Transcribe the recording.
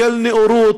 של נאורות,